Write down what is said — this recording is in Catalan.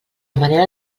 manera